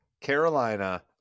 Carolina